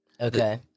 Okay